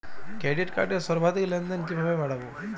Credit কার্ডের সর্বাধিক লেনদেন কিভাবে বাড়াবো?